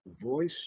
Voice